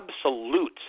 absolute